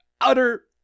utter